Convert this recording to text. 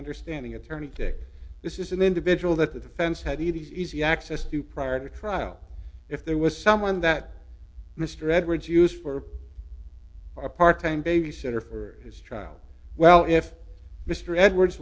understanding attorney dick this is an individual that the defense had easy access to prior to trial if there was someone that mr edwards used for a part time babysitter for his trial well if mr edwards